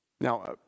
Now